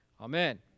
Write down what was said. Amen